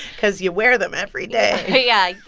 cause you wear them every day yeah.